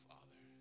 Father